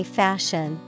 fashion